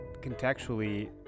contextually